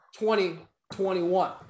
2021